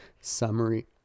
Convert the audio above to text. summary